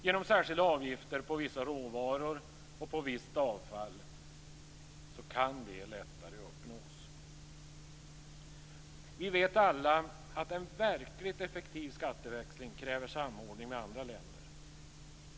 Genom särskilda avgifter på vissa råvaror och på visst avfall kan det lättare uppnås. Vi vet alla att en verkligt effektiv skatteväxling kräver samordning med andra länder.